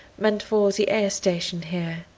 meant for the air station here.